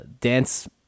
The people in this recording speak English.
dance